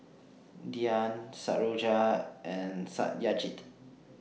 Dhyan Satyendra and Satyajit